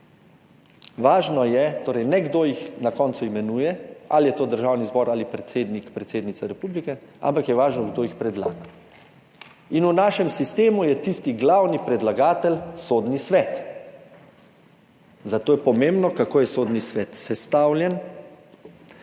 Važno je torej ne, kdo jih na koncu imenuje, ali je to Državni zbor ali predsednik, predsednica republike, ampak je važno kdo jih predlaga. In v našem sistemu je tisti glavni predlagatelj Sodni svet. Zato je pomembno, kako je Sodni svet sestavljen,